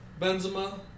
Benzema